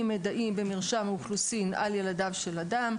מידעים במרשם האוכלוסין על ילדיו של אדם,